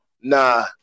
Nah